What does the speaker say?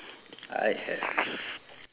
I have